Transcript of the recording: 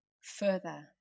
further